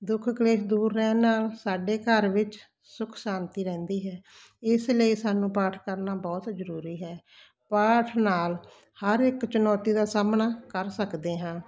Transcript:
ਦੁਖ ਕਲੇਸ਼ ਦੂਰ ਰਹਿਣ ਨਾਲ ਸਾਡੇ ਘਰ ਵਿੱਚ ਸੁੱਖ ਸ਼ਾਂਤੀ ਰਹਿੰਦੀ ਹੈ ਇਸ ਲਈ ਸਾਨੂੰ ਪਾਠ ਕਰਨਾ ਬਹੁਤ ਜ਼ਰੂਰੀ ਹੈ ਪਾਠ ਨਾਲ ਹਰ ਇੱਕ ਚੁਣੌਤੀ ਦਾ ਸਾਹਮਣਾ ਕਰ ਸਕਦੇ ਹਾਂ